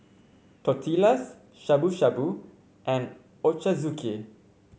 Tortillas Shabu Shabu and Ochazuke